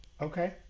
Okay